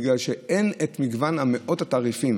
בגלל שאין את מגוון מאות התעריפים